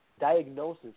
diagnosis